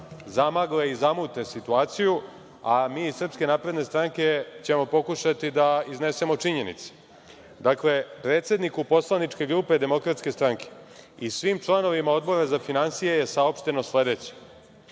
zamagle i zamute situaciju, a mi iz Srpske napredne stranke ćemo pokušati da iznesemo činjenice. Dakle, predsedniku Poslaničke grupe Demokratske stranke i svim članovima Odbora za finansije je saopšteno sledeće:Ovaj